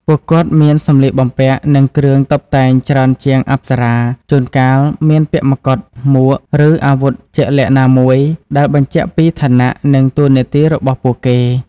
ពួកគាត់មាន សម្លៀកបំពាក់ និងគ្រឿងតុបតែងច្រើនជាង អប្សរា ជួនកាលមានពាក់មកុដ មួក ឬអាវុធជាក់លាក់ណាមួយ ដែលបញ្ជាក់ពីឋានៈ និងតួនាទីរបស់ពួកគេ។